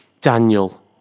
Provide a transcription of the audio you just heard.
Daniel